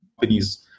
companies